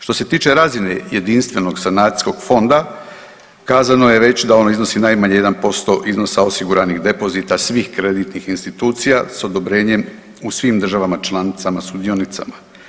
Što se tiče razine jedinstvenog sanacijskog fonda kazano je već da ono iznosi najmanje jedan posto iznosa depozita svih kreditnih institucija s odobrenjem u svim državama članicama sudionicama.